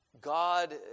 God